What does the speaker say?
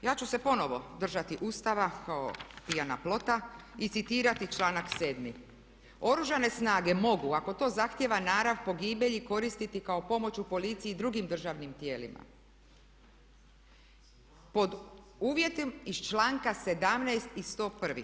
Ja ću se ponovno držati Ustava kao pijan plota i citirati članak 7., "Oružane snage mogu ako to zahtjeva narav pogibelji koristiti kao pomoć u policiji i drugim državnim tijelima pod uvjetom iz članka 17. i 101.